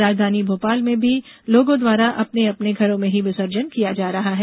राजधानी भोपाल में भी लोगों द्वारा अपने अपने घरों में ही विसर्जन किया जा रहा है